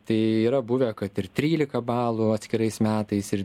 tai yra buvę kad ir trylika balų atskirais metais ir